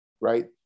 right